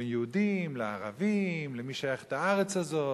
בין יהודים לערבים, למי שייכת הארץ הזאת.